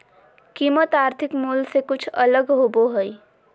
कीमत आर्थिक मूल से कुछ अलग होबो हइ